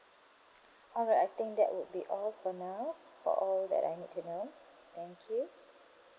all right I think that would be all for now for all that I need to know thank you